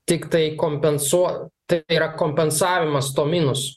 tiktai kompensuot tai yra kompensavimas to minuso